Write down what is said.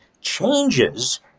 changes